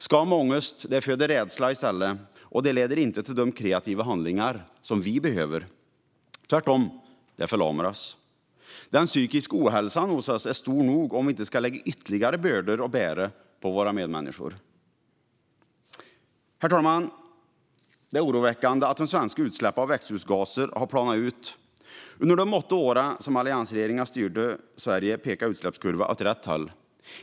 Skam och ångest föder i stället rädsla, och det leder inte till de kreativa handlingar som vi behöver. Tvärtom förlamar det oss. Den psykiska ohälsan är stor nog utan att vi lägger ytterligare bördor att bära på våra medmänniskor. Herr talman! Det är oroväckande att de svenska utsläppen av växthusgaser har planat ut. Under de åtta år som alliansregeringen styrde Sverige pekade utsläppskurvan åt rätt håll.